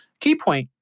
Keypoint